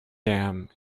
damn